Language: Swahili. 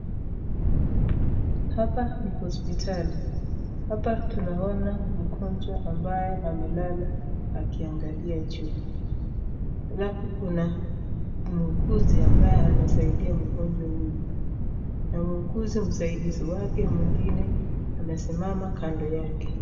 Hapa ni hospitali, hapa tunaona mgonjwa ambaye amelala akiangalia juu, alafu kuna mwuguzi ambaye anasaidia mgonjwa huyu na mwuguzi msaidizi wake mwingine amesimama kando yake.